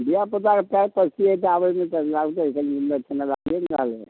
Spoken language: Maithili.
धिआपुताके पयरपर छिअै तऽ आबैमे तऽ लागतै कनी ओन्ने समय लागतै ने आबैमे